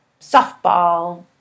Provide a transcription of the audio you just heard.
softball